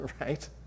Right